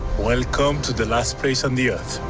welcome to the last place on the earth.